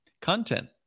content